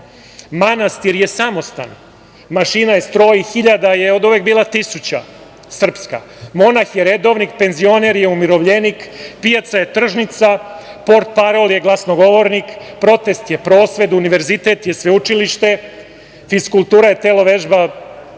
manastir je samostan, mašina je stroj, hiljada je oduvek bila tisuća, srpska, monah je redovnik, penzioner je umirovljenik, pijaca je tržnica, portparol je glasnogovornik, protest je prosved, univerzitet je sveučilište, fiskultura je telo vežba